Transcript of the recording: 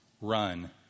run